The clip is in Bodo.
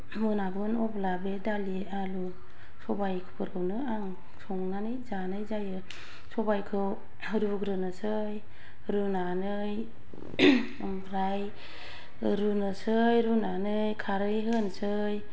मोनागोन अब्ला बे दालि आलु सबायफोरखौनो आं संनानै जानाय जायो सबायखौ रुग्रोनोसै रुनानै ओमफ्राय रुनोसै रुनानै खारै होनोसै